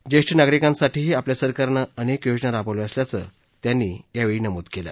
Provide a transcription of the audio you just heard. ज्येष्ठ नागरिकांसाठीही आपल्या सरकारनं अनेक योजना राबवल्या असल्याचं त्यांनी यावेळी सांगितलं